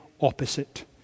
opposite